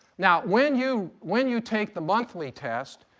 now when you when you take the monthly test,